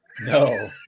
No